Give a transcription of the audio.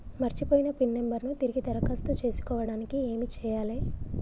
మర్చిపోయిన PIN number ను తిరిగి దరఖాస్తు చేసుకోవడానికి ఏమి చేయాలే?